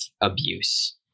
abuse